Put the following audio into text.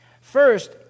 First